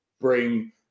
bring